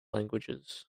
languages